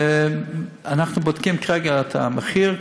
אנחנו בודקים כרגע את המחיר,